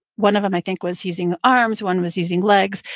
one of them i think was using arms, one was using legs,